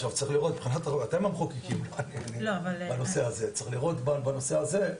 עכשיו אתם המחוקקים, צריך לראות בנושא הזה,